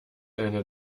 eine